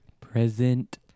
present